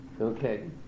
Okay